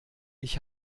ich